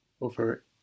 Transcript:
Over